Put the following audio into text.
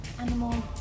animal